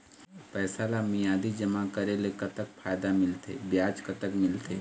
पैसा ला मियादी जमा करेले, कतक फायदा मिलथे, ब्याज कतक मिलथे?